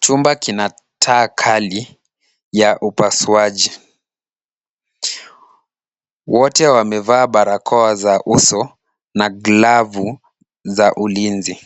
Chumba kina taa kali ya upasuaji. Wote wamevaa barakoa za uso na glavu za ulinzi.